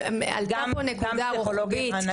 אבל עלתה פה נקודה רוחבית: